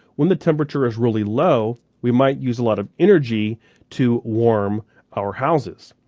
when the temperature is really low, we might use a lot of energy to warm our houses.